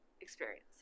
experience